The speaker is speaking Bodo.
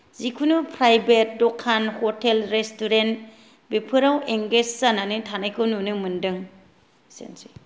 जिखुनु प्रायभेट दखान हटेल रेस्टुरेन्त बेफोराव एंगेज जानानै थानायखौ नुनो मोनदों एसेनोसै